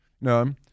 No